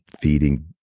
feeding